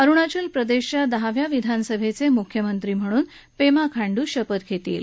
अरुणाचल प्रदेशाच्या दहाव्या विधानसभेचे मुख्यमंत्री म्हणून पेमा खांडू शपथ घेतील